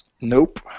Nope